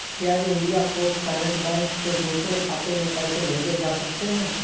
क्या India post payment bank से दूसरे खाते में पैसे भेजे जा सकते हैं?